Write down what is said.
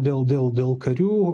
dėl dėl dėl karių